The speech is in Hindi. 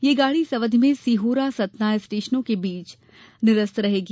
ये गाडी इस अवधि में सिहोरा सतना स्टेशनों के मध्य निरस्त रहेगी